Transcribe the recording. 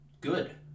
good